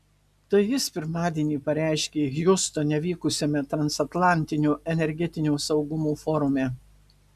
tai jis pirmadienį pareiškė hjustone vykusiame transatlantinio energetinio saugumo forume